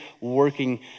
working